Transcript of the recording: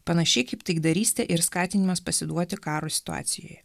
panašiai kaip taikdarystė ir skatinimas pasiduoti karo situacijoje